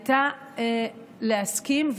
הייתה להסכים.